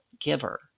giver